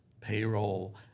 payroll